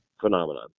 phenomenon